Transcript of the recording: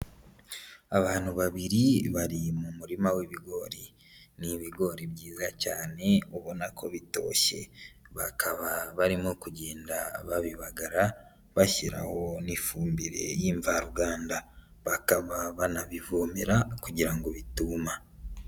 Abantu babiri bari mu murima w'ibigori, ni ibigori byiza cyane ubona ko bitoshye, bakaba barimo kugenda babibagara bashyiraho n'ifumbire y'imvaruganda, bakaba banabivomera kugira ngo bituma.